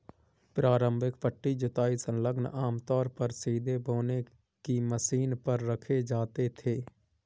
प्रारंभिक पट्टी जुताई संलग्नक आमतौर पर सीधे बोने की मशीन पर रखे जाते थे